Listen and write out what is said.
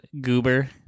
Goober